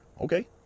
Okay